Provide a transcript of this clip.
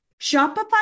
Shopify